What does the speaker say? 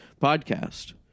podcast